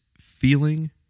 feeling